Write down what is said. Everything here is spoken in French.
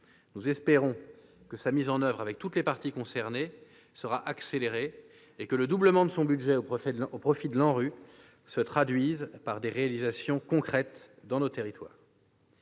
Nous espérons que sa mise en oeuvre avec toutes les parties concernées sera accélérée et que le doublement de son budget au profit de l'ANRU se traduira par des réalisations concrètes dans nos territoires.